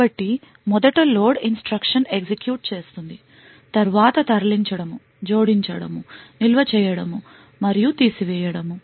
కాబట్టి మొదట load instruction execute చేస్తుంది తరువాత తరలించడము జోడించడము నిల్వ చేయడము మరియు తీసివేయడము